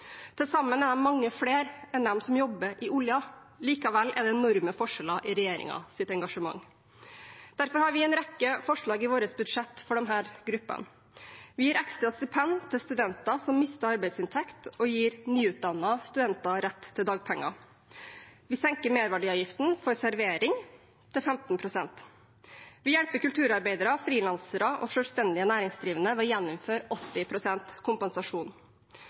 Til sammen er det mange flere enn de som jobber i oljen, men likevel er det enorme forskjeller i regjeringens engasjement. Derfor har vi en rekke forslag i vårt budsjett for disse gruppene. Vi gir ekstra stipend til studenter som mister arbeidsinntekt, og gir nyutdannede studenter rett til dagpenger. Vi senker merverdiavgiften for servering til 15 pst. Vi hjelper kulturarbeidere, frilansere og selvstendig næringsdrivende ved å gjeninnføre 80 pst. kompensasjon.